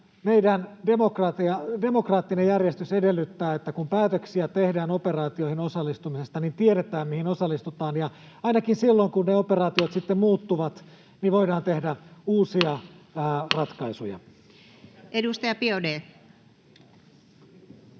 meidän demokraattinen järjestys edellyttää, että kun päätöksiä tehdään operaatioihin osallistumisesta, niin tiedetään, mihin osallistutaan, ja ainakin silloin, kun ne operaatiot sitten muuttuvat,